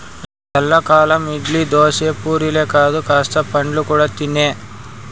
ఎల్లకాలం ఇడ్లీ, దోశ, పూరీలే కాదు కాస్త పండ్లు కూడా తినే